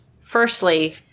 Firstly